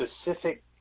specific